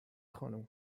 خانم